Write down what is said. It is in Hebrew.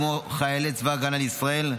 כמו חיילי צבא הגנה לישראל,